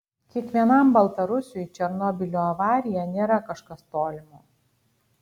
kiekvienam baltarusiui černobylio avarija nėra kažkas tolimo